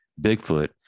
Bigfoot